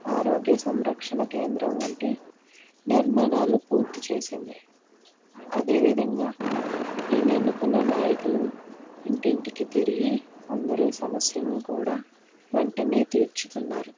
ఆరోగ్య సంరక్షణ కేంద్రం వంటి నిర్మాణాలు పూర్తి చేసింది అదే విధంగా మేము ఎన్నుకున్న నాయకులు ఇంటింటికి తిరిగి అందరూ సమస్యలను కూడా వెంటనే తీర్చుతున్నారు